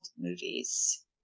movies